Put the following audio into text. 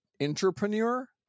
entrepreneur